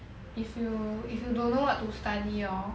if you if you don't know what to study hor